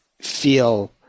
feel